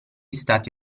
stati